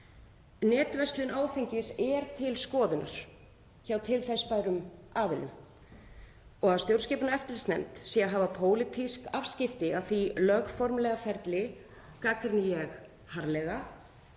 Netverslun áfengis er til skoðunar hjá til þess bærum aðilum og að stjórnskipunar- og eftirlitsnefnd sé að hafa pólitísk afskipti af því lögformlega ferli gagnrýni ég harðlega.